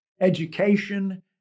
education